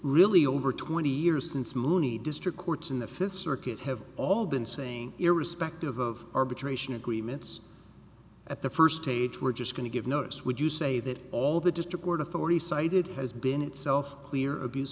really over twenty years since muhney district courts in the fifth circuit have all been saying irrespective of arbitration agreements at the first page we're just going to give notice would you say that all the district court authority cited has been itself clear abuse